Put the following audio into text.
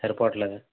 సరిపోవట్లేదా